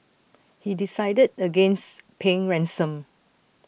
he decided against paying ransom